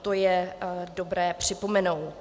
To je dobré připomenout.